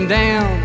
down